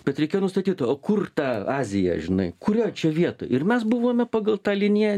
bet reikėjo nustatyt o kur ta azija žinai kurioj čia vietoj ir mes buvome pagal tą liniją